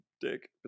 dick